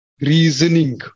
reasoning